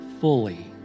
fully